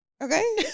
Okay